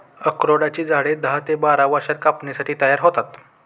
अक्रोडाची झाडे दहा ते बारा वर्षांत कापणीसाठी तयार होतात